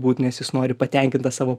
būt nes jis nori patenkint tą savo